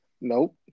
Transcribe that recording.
Nope